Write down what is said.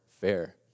fair